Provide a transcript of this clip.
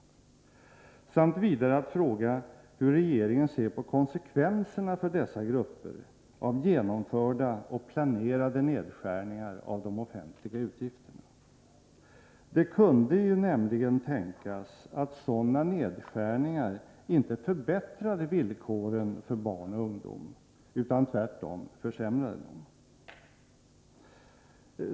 Vidare var syftet att fråga hur regeringen ser på konsekvenserna för dessa grupper beträffande genomförda och planerade nedskärningar av de offentliga utgifterna. Det kunde ju nämligen tänkas att sådana nedskärningar inte förbättrade villkoren för barn och ungdom, utan tvärtom försämrade dem.